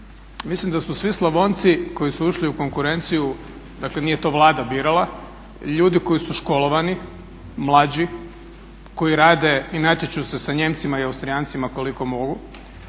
Mislim da su svi Slavonci koji su ušli u konkurenciju, dakle nije to Vlada birala, ljudi koji su školovani, mlađi, koji rade i natječu se sa Nijemcima i Austrijancima koliko mogu.